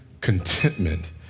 contentment